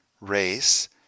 race